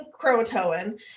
croatoan